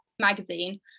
magazine